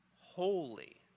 holy